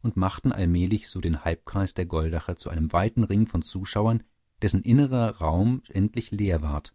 und machten allmählich so den halbkreis der goldacher zu einem weiten ring von zuschauern dessen innerer raum endlich leer ward